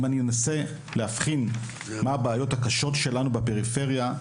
אם אני אנסה להבחין מה הבעיות הקשות שלנו בפריפריה,